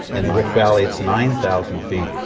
in the rift valley, it's nine thousand feet.